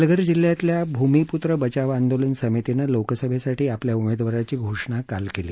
पालघर जिल्ह्यातल्या भूमिपुत्र बचाव आंदोलन समितीनं लोकसभेसाठी आपल्या उमेदवाराची घोषणा काल केली